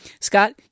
Scott